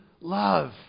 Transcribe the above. love